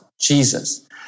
Jesus